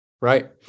Right